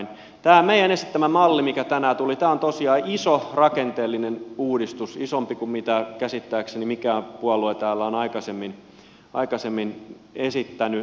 tämä meidän esittämämme malli mikä tänään tuli on tosiaan iso rakenteellinen uudistus isompi kuin mitä käsittääkseni mikään puolue täällä on aikaisemmin esittänyt